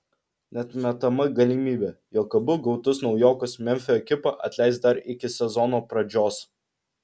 neatmetama galimybė jog abu gautus naujokus memfio ekipa atleis dar iki sezono pradžios